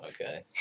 Okay